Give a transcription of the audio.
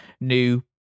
new